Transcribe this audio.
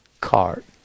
cart